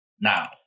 now